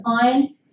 iron